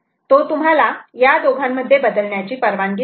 तो तुम्हाला या दोघांमध्ये बदलण्याची परवानगी देतो